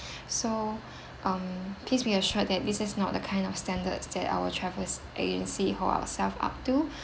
so um please be assured that this is not the kind of standards that our travels agency hold ourselves up to